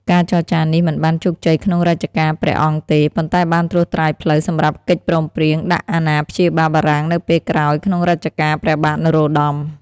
ការចរចានេះមិនបានជោគជ័យក្នុងរជ្ជកាលព្រះអង្គទេ ប៉ុន្តែបានត្រួសត្រាយផ្លូវសម្រាប់កិច្ចព្រមព្រៀងដាក់អាណាព្យាបាលបារាំងនៅពេលក្រោយក្នុងរជ្ជកាលព្រះបាទនរោត្តម។